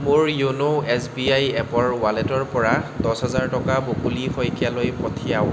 মোৰ YONO S B I এপৰ ৱালেটৰ পৰা দহ হাজাৰ টকা বকুলি শইকীয়া লৈ পঠিয়াওক